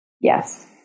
Yes